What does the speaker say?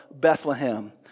Bethlehem